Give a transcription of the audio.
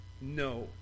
No